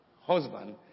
husband